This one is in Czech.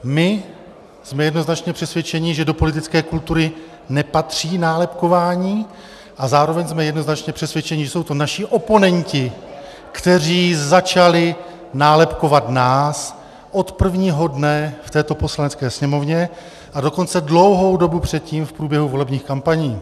My jsme jednoznačně přesvědčeni, že do politické kultury nepatří nálepkování, a zároveň jsme jednoznačně přesvědčeni, že jsou to naši oponenti, kteří začali nálepkovat nás od prvního dne v této Poslanecké sněmovně, a dokonce dlouhou dobu předtím v průběhu volebních kampaní.